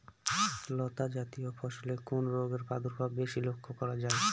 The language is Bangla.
লতাজাতীয় ফসলে কোন রোগের প্রাদুর্ভাব বেশি লক্ষ্য করা যায়?